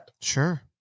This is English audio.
Sure